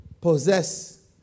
possess